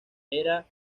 era